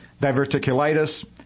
diverticulitis